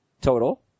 Total